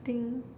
I think